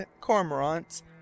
cormorants